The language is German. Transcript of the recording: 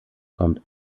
kommt